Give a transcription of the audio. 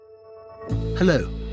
Hello